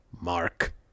mark